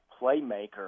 playmaker